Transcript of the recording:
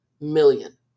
million